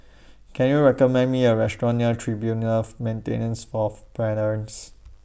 Can YOU recommend Me A Restaurant near Tribunal For Maintenance Fourth Parents